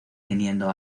teniendo